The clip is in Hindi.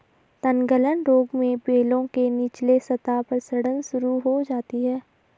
तनगलन रोग में बेलों के निचले सतह पर सड़न शुरू हो जाती है